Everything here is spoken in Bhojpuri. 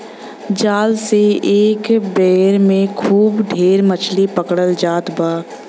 जाल से एक बेर में खूब ढेर मछरी पकड़ल जात बा